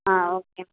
ஆ okay